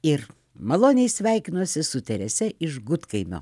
ir maloniai sveikinuosi su terese iš gudkaimio